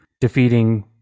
defeating